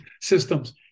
systems